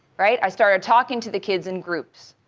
right? i started talking to the kids in groups.